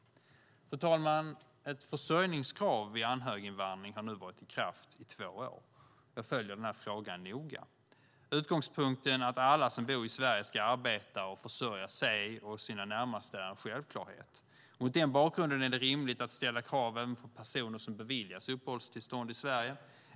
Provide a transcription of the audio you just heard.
Fru talman! Ett försörjningskrav vid anhöriginvandring har nu varit i kraft i två år. Jag följer den här frågan noga. Utgångspunkten att alla som bor i Sverige ska arbeta och försörja sig och sina närmaste är en självklarhet. Mot den bakgrunden är det rimligt att ställa krav även på personer som beviljas uppehållstillstånd i Sverige.